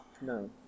No